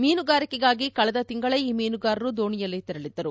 ಮೀನುಗಾರಿಕೆಗಾಗಿ ಕಳೆದ ತಿಂಗಳೇ ಈ ಮೀನುಗಾರರು ದೋಣಿಯಲ್ಲಿ ತೆರಳಿದ್ದರು